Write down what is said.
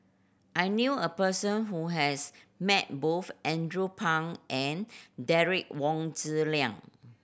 I knew a person who has met both Andrew Phang and Derek Wong Zi Liang